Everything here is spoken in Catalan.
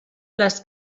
les